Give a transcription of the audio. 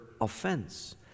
offense